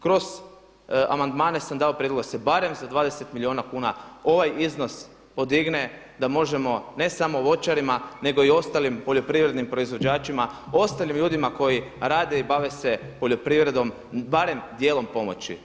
Kroz amandmane sam dao prijedlog da se barem za 20 milijuna kuna ovaj iznos podigne da možemo ne samo voćarima nego i ostalim poljoprivrednim proizvođačima ostalim ljudima koji rade i bave se poljoprivredom barem dijelom pomoći.